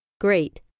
great